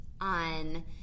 on